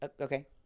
Okay